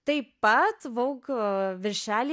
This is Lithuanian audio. taip pat vogue viršelyje